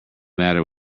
matter